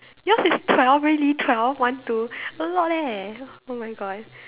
yours is twelve really twelve one two a lot leh oh-my-God